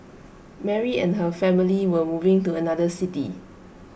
Mary and her family were moving to another city